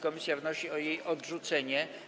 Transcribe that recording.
Komisja wnosi o jej odrzucenie.